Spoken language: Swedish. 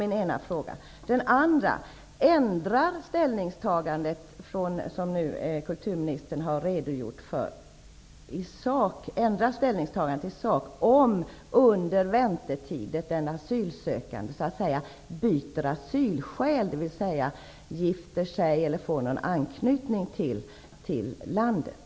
Ändras det ställningstagande som kulturministern har redogjort för i sak om en asylsökande under väntetiden byter asylskäl, dvs. gifter sig eller får någon annan anknytning till landet?